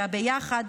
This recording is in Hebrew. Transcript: שהביחד,